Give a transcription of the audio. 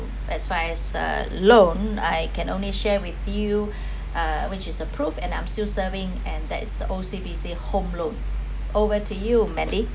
as fine as a loan I can only share with you uh which is approved and I'm still serving and that is the O_C_B_C home loan over to you mandy